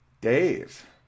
Dave